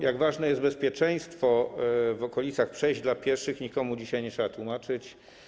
Jak ważne jest bezpieczeństwo w okolicach przejść dla pieszych, nikomu dzisiaj nie trzeba tłumaczyć.